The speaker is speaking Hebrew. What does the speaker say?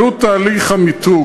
עלות תהליך המיתוג,